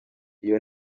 iyo